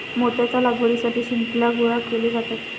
मोत्याच्या लागवडीसाठी शिंपल्या गोळा केले जातात